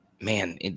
man